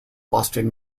boston